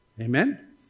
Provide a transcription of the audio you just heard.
Amen